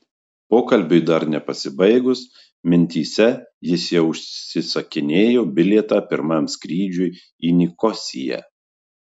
pokalbiui dar nepasibaigus mintyse jis jau užsisakinėjo bilietą pirmam skrydžiui į nikosiją